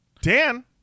Dan